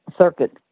circuit